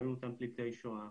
גם עם אותם פליטי שואה,